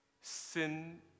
sin